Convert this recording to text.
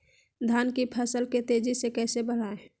धान की फसल के तेजी से कैसे बढ़ाएं?